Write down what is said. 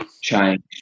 change